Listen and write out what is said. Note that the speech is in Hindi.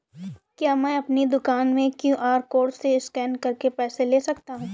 क्या मैं अपनी दुकान में क्यू.आर कोड से स्कैन करके पैसे ले सकता हूँ?